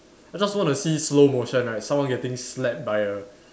I just want to see slow motion like someone getting slapped by a